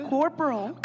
corporal